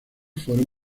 fueron